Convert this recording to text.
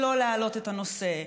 שלא להעלות את הנושא,